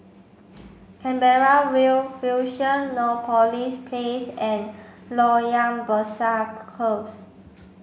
Canberra View Fusionopolis Place and Loyang Besar Close